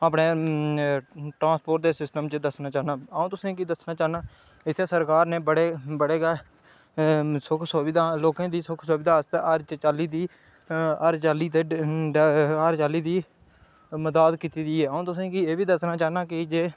अपने ट्रांसपोर्ट दे सिस्टम च दस्सना चाह्नां अ'ऊं तुसें गी दस्सना चाह्नां इत्थै सरकार नै बड़े बड़े गै सुख सुविधा लोकें दी सुख सुविधा हर चाल्ली दी हर चाल्ली दे हर चाल्ली दी मदाद कीती दी ऐ अं'ऊ तुसें गी एह्बी दस्सना चाह्ना की जे